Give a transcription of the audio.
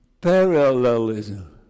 parallelism